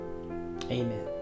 Amen